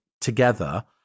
together